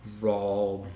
raw